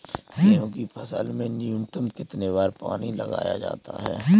गेहूँ की फसल में न्यूनतम कितने बार पानी लगाया जाता है?